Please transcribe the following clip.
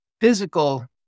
physical